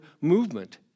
movement